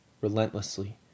relentlessly